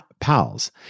pals